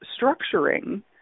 structuring